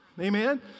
Amen